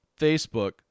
Facebook